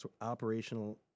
operational